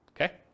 okay